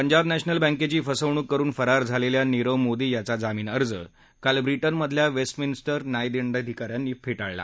Punjab national बँकेची फसवणूक करून फरार झालेल्या नीरव मोदी याचा जामीन अर्ज काल ब्रिजमधल्या वेस्ट मिनिस्ट उ न्यायदंडाधिकाऱ्यांनी फे ळला